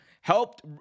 helped